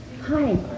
Hi